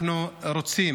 אנחנו רוצים